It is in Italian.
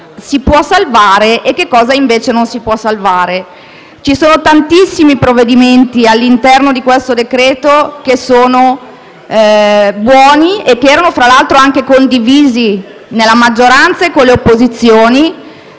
si può salvare e cosa invece non si può salvare. Ci sono tantissime disposizioni all'interno di questo decreto che sono buone e che erano, fra l'altro, condivise dalla maggioranza e anche dalle opposizioni